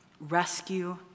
rescue